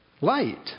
Light